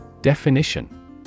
Definition